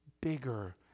bigger